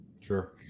Sure